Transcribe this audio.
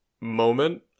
moment